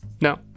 No